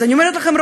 אז אני אומרת לכם,